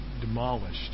demolished